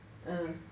um